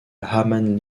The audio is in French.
hammam